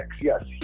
Yes